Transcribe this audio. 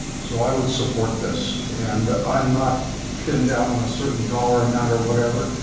so i would support this. and i am not pinned down on a certain dollar amount or whatever.